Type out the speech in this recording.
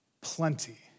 plenty